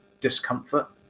discomfort